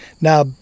Now